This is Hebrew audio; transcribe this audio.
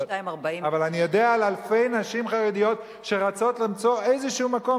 22.40. אבל אני יודע על אלפי נשים חרדיות שרצות למצוא איזה מקום,